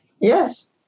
Yes